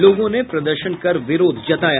लोगों ने प्रदर्शन कर विरोध जताया